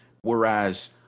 whereas